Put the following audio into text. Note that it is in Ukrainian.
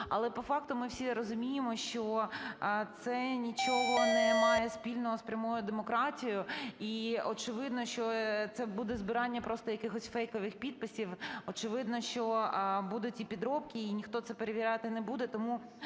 але по факту ми всі розуміємо, що це нічого не має спільного з прямою демократією. І, очевидно, що це буде збирання просто якихось фейкових підписів, очевидно, що будуть і підробки, і ніхто це перевіряти не буде.